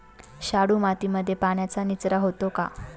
शाडू मातीमध्ये पाण्याचा निचरा होतो का?